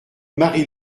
marie